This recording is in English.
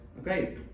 Okay